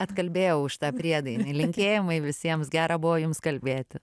atkalbėjau už tą priedainį linkėjimai visiems gera buvo jums kalbėti